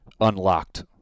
unlocked